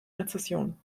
rezession